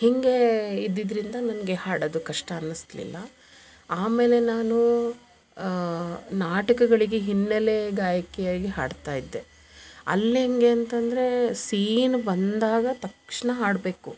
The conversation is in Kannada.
ಹಿಂಗೆ ಇದ್ದಿದ್ದರಿಂದ ನನಗೆ ಹಾಡೋದು ಕಷ್ಟ ಅನ್ನಿಸಲಿಲ್ಲ ಆಮೇಲೆ ನಾನು ನಾಟಕಗಳಿಗೆ ಹಿನ್ನಲೆ ಗಾಯಕಿಯಾಗಿ ಹಾಡ್ತಾಯಿದ್ದೆ ಅಲ್ಲೆಂಗೆ ಅಂತಂದರೆ ಸೀನು ಬಂದಾಗ ತಕ್ಷಣ ಹಾಡಬೇಕು